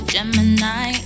Gemini